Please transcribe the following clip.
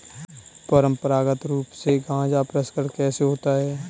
परंपरागत रूप से गाजा प्रसंस्करण कैसे होता है?